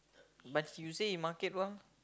but you say you market mah